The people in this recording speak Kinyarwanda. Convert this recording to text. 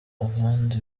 ubundi